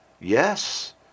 Yes